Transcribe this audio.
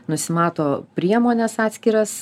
nusimato priemones atskiras